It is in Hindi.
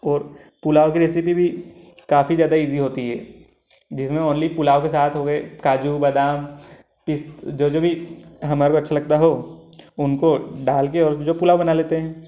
और पुलाव की रेसिपी भी काफ़ी ज़्यादा इज़ी होती है जिसमें ऑनली पुलाव के साथ हो गए काजू बदाम पीस जो जो भी हमारे को अच्छा लगता हो उनको डाल कर और जो पुलाव बना लेते हैं